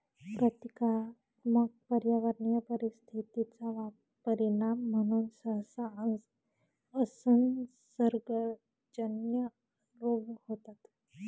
प्रतीकात्मक पर्यावरणीय परिस्थिती चा परिणाम म्हणून सहसा असंसर्गजन्य रोग होतात